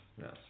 yes